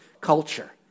culture